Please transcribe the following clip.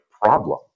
problem